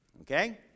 Okay